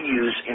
use